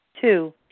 Two